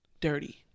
dirty